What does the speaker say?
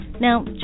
Now